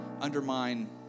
undermine